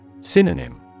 Synonym